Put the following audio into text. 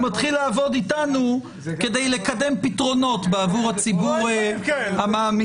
מתחיל לעבוד איתנו כדי לקדם פתרונות בעבור הציבור המאמין.